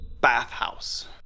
bathhouse